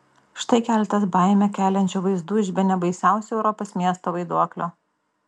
štai keletas baimę keliančių vaizdų iš bene baisiausio europos miesto vaiduoklio